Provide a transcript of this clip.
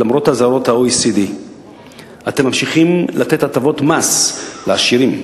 ולמרות אזהרות ה-OECD אתם ממשיכים לתת הטבות מס לעשירים.